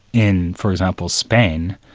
in for example, spain,